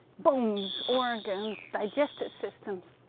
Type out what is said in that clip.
bones, organs, digestive system.